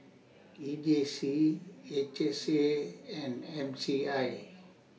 E J C H S A and M C I